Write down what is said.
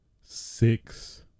six